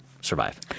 survive